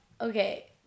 Okay